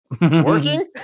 working